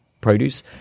produce